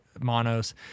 monos